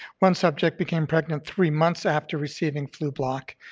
one subject became pregnant three months after receiving flublok